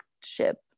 ship